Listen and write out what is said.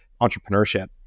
entrepreneurship